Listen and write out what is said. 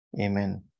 Amen